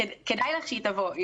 כדאי לך שהיא תבוא.